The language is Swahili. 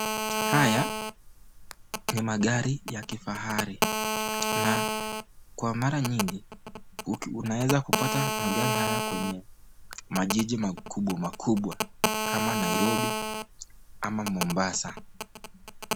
Haya. Ni magari ya kifahari. Na kwa mara nyingi unaweza kupata magari haya kwenye majiji makubwa makubwa kama Nairobi ama Mombasa.